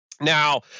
Now